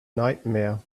nightmare